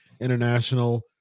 international